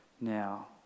now